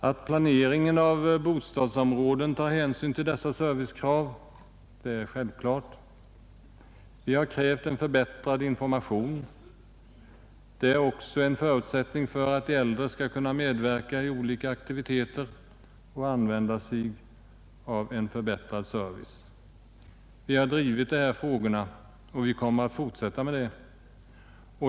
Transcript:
Att planeringen av bostadsområden tar hänsyn till dessa servicekrav är självklart. Vi har krävt en förbättrad information. Det är också en förutsättning för att de äldre skall kunna medverka i olika aktiviteter och använda sig av en förbättrad service. Vi har drivit de här frågorna och vi kommer att fortsätta med det.